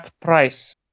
price